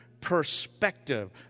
perspective